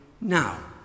now